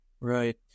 Right